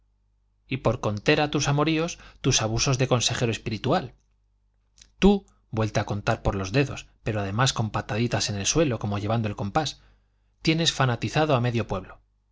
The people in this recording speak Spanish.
y por contera tus amoríos tus abusos de consejero espiritual tú vuelta a contar por los dedos pero además con pataditas en el suelo como llevando el compás tienes fanatizado a medio pueblo